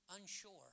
unsure